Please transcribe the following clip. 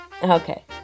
Okay